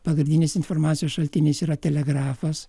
pagrindinis informacijos šaltinis yra telegrafas